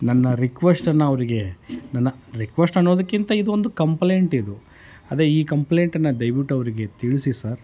ನನ್ನ ರಿಕ್ವೆಸ್ಟನ್ನು ಅವರಿಗೆ ನನ್ನ ರಿಕ್ವೆಸ್ಟ್ ಅನ್ನೋದಕ್ಕಿಂತ ಇದೊಂದು ಕಂಪ್ಲೇಂಟ್ ಇದು ಅದೇ ಈ ಕಂಪ್ಲೇಂಟನ್ನು ದಯವಿಟ್ಟು ಅವರಿಗೆ ತಿಳಿಸಿ ಸರ್